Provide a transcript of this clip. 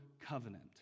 covenant